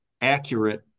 accurate